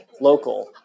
local